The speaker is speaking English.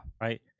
Right